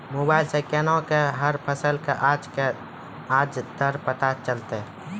Mobile सऽ केना कऽ हर फसल कऽ आज के आज दर पता चलतै?